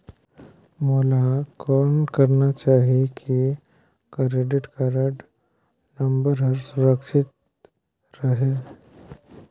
मोला कौन करना चाही की क्रेडिट कारड नम्बर हर सुरक्षित रहे?